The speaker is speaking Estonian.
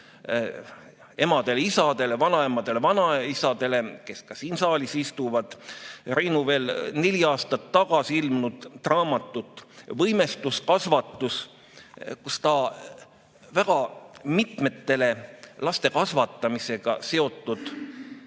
emadele-isadele, vanaemadele-vanaisadele, kes ka siin saalis istuvad, Reinu veel neli aastat tagasi ilmunud raamatut "Võimestuskasvatus" – pöörab Rein Taagepera veel mitmetele laste kasvatamisega seotud